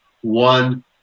one